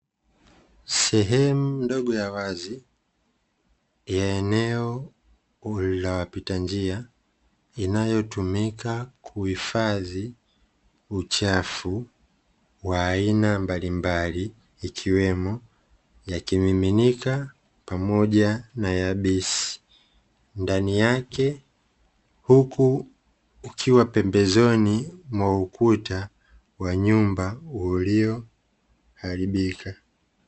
Sehemu ndogo ya wazi ya eneo la wapita njia inayotumika kuhifadhi uchafu wa aina mbalimbali, ikiwemo ya kimiminika pamoja na yabisi. Ndani yake huku kukiwa pembezoni mwa ukuta wa nyumba ulioharibika.